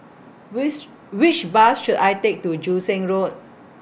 wish Which Bus should I Take to Joo Seng Road